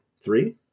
three